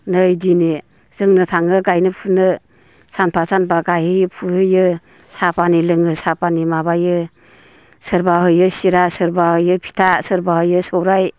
नै दिनै जोंनो थाङो गायनो फुनो सानफा सानफा गायहैयो फुहैयो साहा फानि लोङो साहा फानि माबायो सोरबा हैयो सिरा सोरबा हैयो फिथा सोरबा हैयो सौराइ